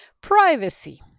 privacy